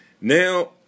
Now